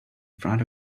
front